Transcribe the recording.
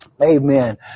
Amen